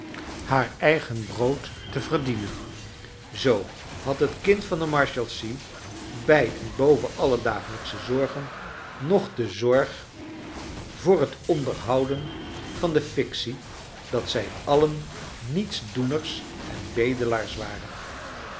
haar eigen brood te verdienen zoo had het kind van de marshalsea bij en boven alle dagelijksche zorgen nog de zorg voor het onderhouden van de fictie dat zij alien nietsdoeners en bedelaars waren